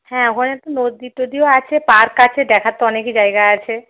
হ্যাঁ ওখানে তো নদী টদিও আছে পার্ক আছে দেখার তো অনেকই জায়গা আছে